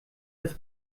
das